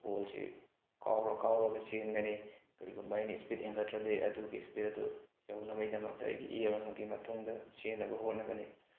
ꯕꯣꯜꯁꯤ ꯀꯥꯎꯔ ꯀꯥꯎꯔꯒ ꯆꯦꯟꯒꯅꯤ ꯀꯔꯤꯒꯨꯝꯕ ꯑꯩꯅ ꯁ꯭ꯄꯤꯠ ꯍꯦꯟꯒꯠꯇ꯭ꯔꯗꯤ ꯑꯗꯨꯒꯤ ꯁ꯭ꯄꯤꯠ ꯑꯗꯨ ꯌꯧꯅꯕꯒꯤꯗꯃꯛꯇ ꯑꯩꯒꯤ ꯑꯦꯝ ꯑꯃꯒꯤ ꯃꯇꯨꯡꯗ ꯆꯦꯟꯅꯕ ꯍꯣꯠꯅꯒꯅꯤ